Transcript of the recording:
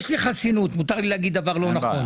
יש לי חסינות, מותר לי להגיד דבר לא נכון.